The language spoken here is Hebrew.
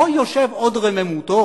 פה יושב הוד רוממותו,